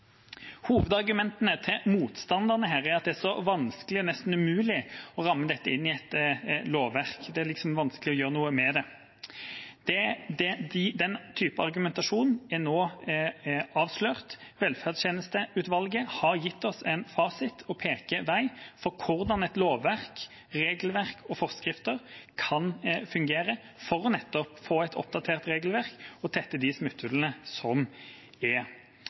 Hovedargumentene til motstanderne er at det er så vanskelig, nesten umulig, å ramme dette inn i et lovverk – det er liksom vanskelig å gjøre noe med det. Den typen argumentasjon er nå avslørt. Velferdstjenesteutvalget har gitt oss en fasit og peker vei for hvordan lovverk, regelverk og forskrifter kan fungere for å gi et oppdatert regelverk og tette de smutthullene som er.